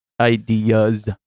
ideas